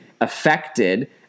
affected